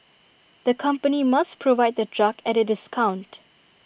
the company must provide the drug at A discount